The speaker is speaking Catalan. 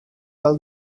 del